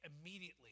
immediately